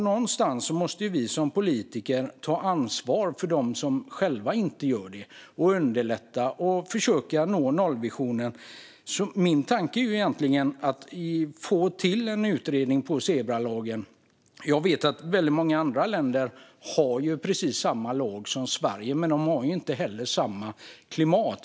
Någonstans måste vi politiker ta ansvar för dem som själva inte gör det och underlätta för att försöka nå nollvisionen. Min tanke är egentligen att få till en utredning om zebralagen. Jag vet att väldigt många andra länder har precis samma lag som Sverige, men de har inte samma klimat.